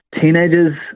Teenagers